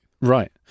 Right